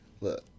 Look